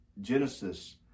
Genesis